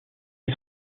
ils